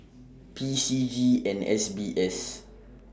P C G and S B S